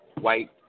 white